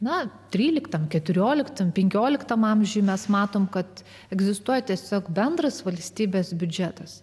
na tryliktams keturioliktam penkioliktam amžiuj mes matome kad egzistuoja tiesiog bendras valstybės biudžetas